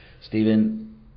Stephen